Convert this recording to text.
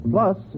Plus